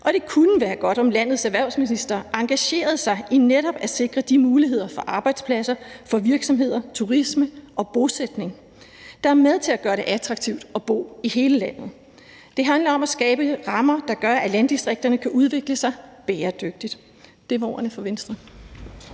og det kunne være godt, om landets erhvervsminister engagerede sig i netop at sikre de muligheder for arbejdspladser, for virksomheder, for turisme og for bosætning, der er med til at gøre det attraktivt at bo i hele landet. Det handler om at skabe nogle rammer, der gør, at landdistrikterne kan udvikle sig bæredygtigt. Det var ordene fra Venstre.